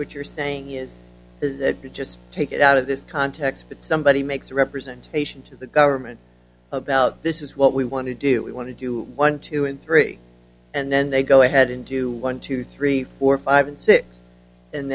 what you're saying is just take it out of this context that somebody makes a representation to the government about this is what we want to do we want to do one two and three and then they go ahead and do one two three four five and six and